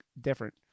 different